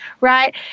right